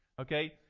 Okay